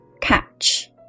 Catch